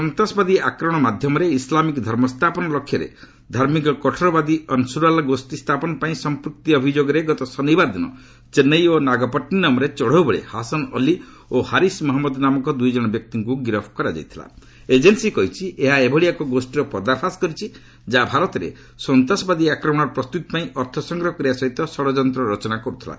ସନ୍ତାସବାଦୀ ଆକ୍ରମଣ ମାଧ୍ୟମରେ ଇସ୍ଲାମିକ ଧର୍ମ ସ୍ଥାପନ ଲକ୍ଷ୍ୟରେ ଧାର୍ମିକ କଠୋରବାଦୀ ଅନ୍ସୁରଲା ଗୋଷୀ ସ୍ଥାପନ ପାଇଁ ସଂଖ୍ଚକ୍ତି ଅଭିଯୋଗରେ ଗତ ଶନିବାର ଦିନ ଚେନ୍ବଇ ଓ ନାଗପଟ୍ଟିନମରେ ଚଢ଼ଉ ବେଳେ ହାସନ ଅଲ୍ଲି ଓ ହାରିସ୍ ମହଞ୍ଗଦ ନାମକ ଦୁଇ ଜଣ ବ୍ୟକ୍ତିଙ୍କୁ ଗିରଫ୍ ଏଜେନ୍ୱୀ କହିଛି ଏହା ଏଭଳି ଏକ ଗୋଷୀର ପର୍ଦ୍ଦାଫାସ୍ କରିଛି ଯାହା ଭାରତରେ ସନ୍ତାସବାଦୀ ଆକ୍ରମଣର ପ୍ରସ୍ତୁତି ପାଇଁ ଅର୍ଥ ସଂଗ୍ରହ କରିବା ସହିତ ଷଡ଼ଯନ୍ତ୍ର ରଚନା କର୍ତ୍ତିଲା